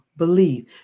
Believe